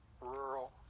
rural